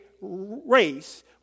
race